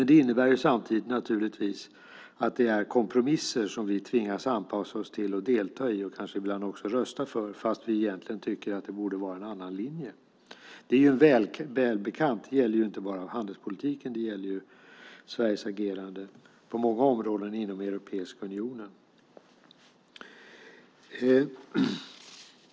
Det innebär samtidigt att det är kompromisser som vi tvingas anpassa oss till och delta i, ibland kanske också rösta för fast vi egentligen tycker att det borde vara en annan linje. Det är välbekant - det gäller inte bara handelspolitiken utan Sveriges agerande på många områden inom Europeiska unionen.